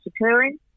occurring